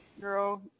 Girl